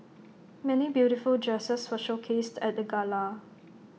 many beautiful dresses were showcased at the gala